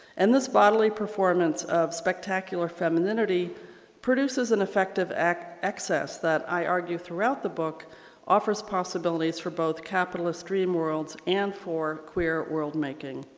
and this bodily performance of spectacular femininity produces an effective excess that i argue throughout the book offers possibilities for both capitalist dream worlds and for queer world making.